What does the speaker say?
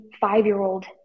five-year-old